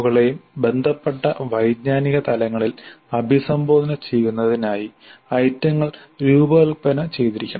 കളെയും ബന്ധപ്പെട്ട വൈജ്ഞാനിക തലങ്ങളിൽ അഭിസംബോധന ചെയ്യുന്നതിനായി ഐറ്റങ്ങൾ രൂപകൽപ്പന ചെയ്തിരിക്കണം